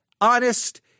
honest